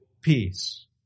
peace